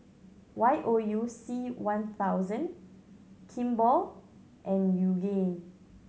Y O U C one thousand Kimball and Yoogane